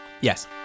Yes